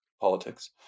politics